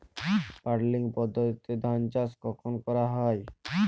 Puddling পদ্ধতিতে ধান চাষ কখন করা হয়?